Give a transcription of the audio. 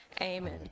amen